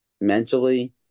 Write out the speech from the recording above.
mentally